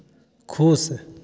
खुश